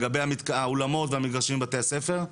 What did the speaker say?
לגבי האולמות והמגרשים בבתי הספר,